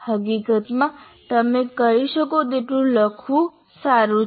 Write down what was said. હકીકતમાં તમે કરી શકો તેટલું લખવું સારું છે